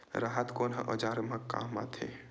राहत कोन ह औजार मा काम आथे?